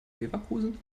leverkusen